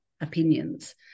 opinions